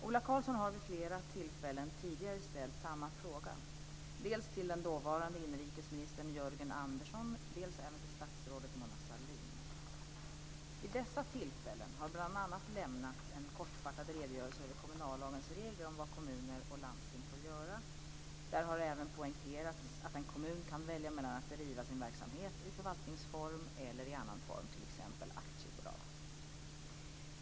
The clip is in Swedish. Ola Karlsson har vid flera tillfällen tidigare ställt samma fråga dels till den dåvarande inrikesministern Jörgen Andersson dels även till statsrådet Mona Sahlin. Vid dessa tillfällen har bl.a. lämnats en kortfattad redogörelse över kommunallagens regler om vad kommuner och landsting får göra. Där har även poängterats att en kommun kan välja mellan att driva sin verksamhet i förvaltningsform eller i annan form, t.ex. aktiebolag.